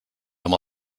amb